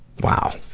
wow